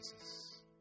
Jesus